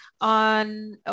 on